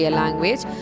language